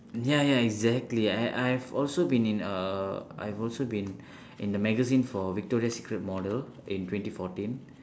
ya ya exactly I I have also been in err I have also been in the magazine for victoria secret model in twenty fourteen